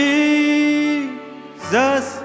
Jesus